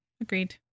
Agreed